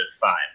five